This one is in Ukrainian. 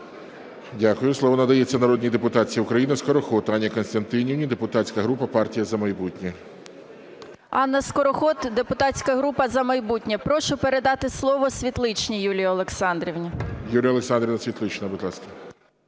Дякую. Слово надається народній депутатці України Скороход Анні Костянтинівні, депутатська група партія "За майбутнє". 11:13:30 СКОРОХОД А.К. Анна Скороход, депутатська група "За майбутнє". Прошу передати слово Світличній Юлії Олександрівні. ГОЛОВУЮЧИЙ. Юлія Олександрівна Світлична, будь ласка.